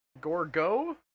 Gorgo